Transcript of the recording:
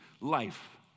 life